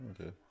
Okay